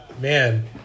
man